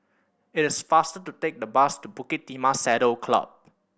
it is faster to take the bus to Bukit Timah Saddle Club